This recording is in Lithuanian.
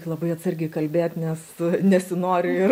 labai atsargiai kalbėt nes nesinori ir